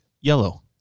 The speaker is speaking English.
yellow